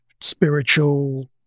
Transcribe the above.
spiritual